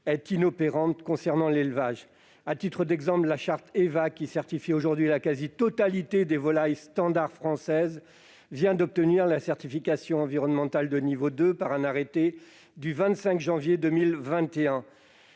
est inopérant concernant l'élevage. À titre d'exemple, la charte EVA, qui certifie aujourd'hui la quasi-totalité des volailles standards françaises, vient d'obtenir la certification environnementale de niveau 2 par un arrêté du 25 janvier 2021.